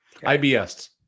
IBS